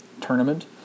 tournament